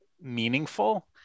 meaningful